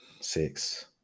six